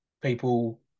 people